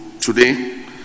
Today